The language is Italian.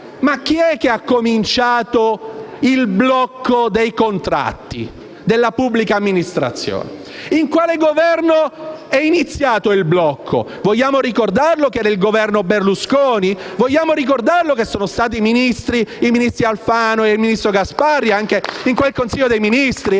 chi è che ha cominciato il blocco dei contratti della pubblica amministrazione? In quale Governo è iniziato il blocco? Vogliamo ricordarlo che era il Governo Berlusconi? Vogliamo ricordare che sono stati il ministro Alfano e anche il ministro Gasparri a farlo in quel Consiglio dei ministri?